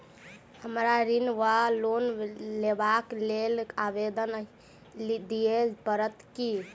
हमरा ऋण वा लोन लेबाक लेल आवेदन दिय पड़त की?